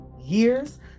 years